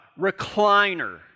recliner